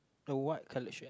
a white colored shirt